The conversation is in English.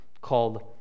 called